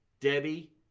Debbie